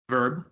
Verb